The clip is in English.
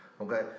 okay